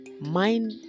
Mind